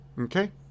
Okay